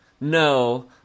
No